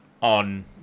on